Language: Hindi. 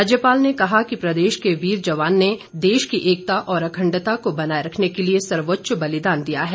राज्यपाल ने कहा कि प्रदेश के वीर जवान ने देश की एकता और अखण्डता को बनाए रखने के लिए सर्वोच्च बलिदान दिया है